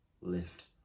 lift